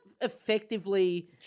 effectively –